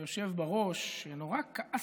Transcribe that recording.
היושב בראש, שנורא כעסת.